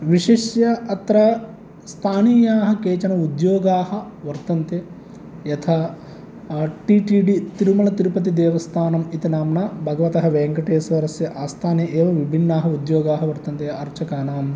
विशिष्य अत्र स्तानीयाः केचन उद्योगाः वर्तन्ते यथा टी टी डी तिरुमलतिरुपतिदेवस्थानम् इति नाम्ना भगवतः वेङ्कटेश्वरस्य आस्थाने एव विभिन्नाः उद्योगाः वर्तन्ते अर्चकानां